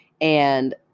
and-